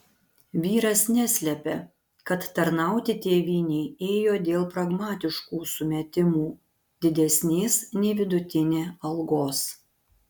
vyras neslepia kad tarnauti tėvynei ėjo dėl pragmatiškų sumetimų didesnės nei vidutinė algos